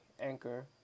Anchor